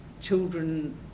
children